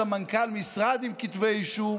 סמנכ"ל משרד עם כתבי אישום,